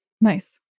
Nice